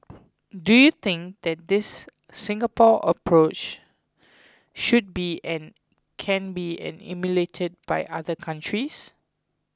do you think that this Singapore approach should be and can be emulated by other countries